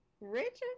Richard